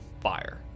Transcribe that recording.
fire